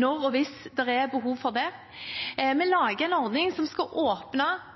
når og hvis det er behov for det. Vi lager en ordning som skal åpne